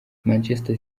manchester